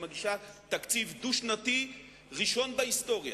מגישה תקציב דו-שנתי ראשון בהיסטוריה.